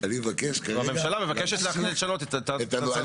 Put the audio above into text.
הממשלה מבקשת לשנות את החוק, באמת.